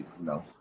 no